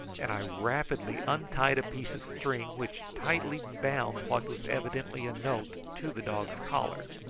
and i rapidly untied a piece of string which tightly bound what was evidently a note to the dog's collar.